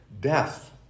death